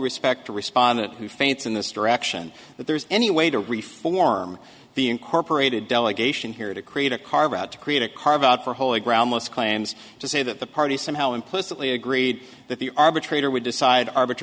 respect to respondent who faints in this direction that there's any way to reform the incorporated delegation here to create a carve out to create a carve out for holy ground most claims to say that the party somehow implicitly agreed that the arbitrator would decide arbiter